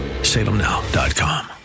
Salemnow.com